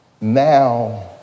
now